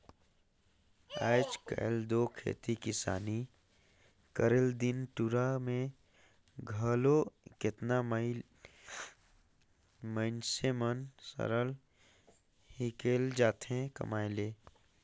आएज काएल दो खेती किसानी करेक दिन दुरा में घलो केतना मइनसे मन सहर हिंकेल जाथें कमाए ले